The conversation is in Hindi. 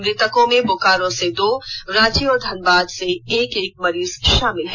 मृतकों में बोकारो से दो रांची और धनबाद से एक एक मरीज शामिल हैं